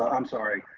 um sorry,